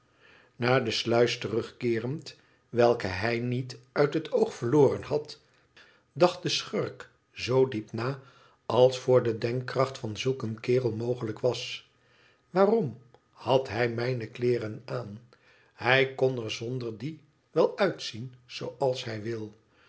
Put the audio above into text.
naar de sluis terugkeerend welke hij niet uit het oog verloren had dacht de schurk zoo diep na als voor de denkkracht van zulk een kerel mogelijk was waarom had hij mijne kleeren aan hij kon er zonder die wel uitzien zooals hij wil